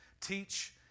teach